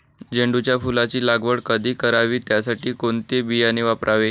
झेंडूच्या फुलांची लागवड कधी करावी? त्यासाठी कोणते बियाणे वापरावे?